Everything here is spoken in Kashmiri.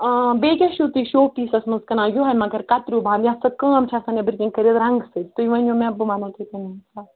آ بیٚیہِ کیٛاہ چھُو تُہۍ شوپیٖسَس منٛز کٕنان یِہَے مگر کَتریو بَن یَتھ سۭتۍ کٲم چھِ آسان نیٚبرٕ کَنۍ کٔرِتھ رنٛگہٕ سۭتۍ تُہۍ ؤنِو مےٚ بہٕ وَنو تُہۍ کَن